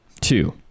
Two